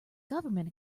government